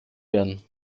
werden